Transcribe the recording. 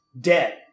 dead